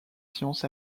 sciences